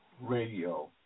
radio